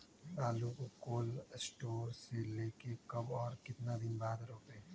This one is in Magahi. आलु को कोल शटोर से ले के कब और कितना दिन बाद रोपे?